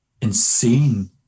insane